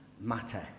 matter